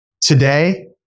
Today